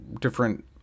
different